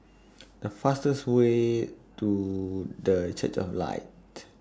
The fastest Way to The Church of Light